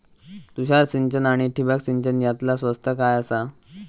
तुषार सिंचन आनी ठिबक सिंचन यातला स्वस्त काय आसा?